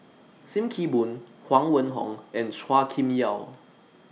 SIM Kee Boon Huang Wenhong and Chua Kim Yeow